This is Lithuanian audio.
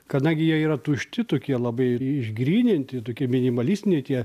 kadangi jie yra tušti tokie labai išgryninti tokie minimalistiniai tie